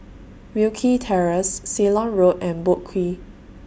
Wilkie Terrace Ceylon Road and Boat Quay